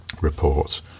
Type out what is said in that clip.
report